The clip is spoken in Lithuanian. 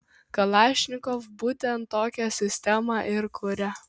kalašnikov būtent tokią sistemą ir kuria